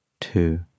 two